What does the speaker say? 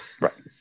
Right